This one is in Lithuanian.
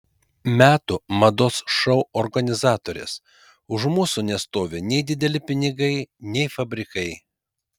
metų mados šou organizatorės už mūsų nestovi nei dideli pinigai nei fabrikai